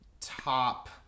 top